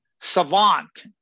savant